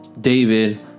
david